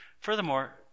Furthermore